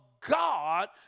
God